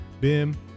BIM